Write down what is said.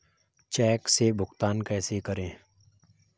Check से भुगतान कैसे करें?